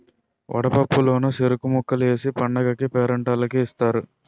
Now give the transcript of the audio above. వడపప్పు లోన సెరుకు ముక్కలు ఏసి పండగకీ పేరంటాల్లకి ఇత్తారు